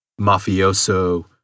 mafioso